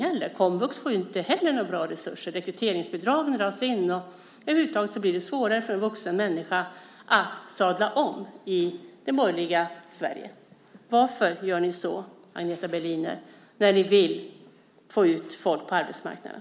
Inte heller komvux får bra resurser. Rekryteringsbidragen dras in. Det blir över huvud taget svårare för en vuxen människa att sadla om i det borgerliga Sverige. Varför gör ni så, Agneta Berliner, när ni vill få ut folk på arbetsmarknaden?